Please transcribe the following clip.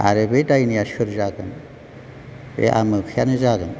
आरो बे दायनाया सोर जागोन बे आमोखायानो जागोन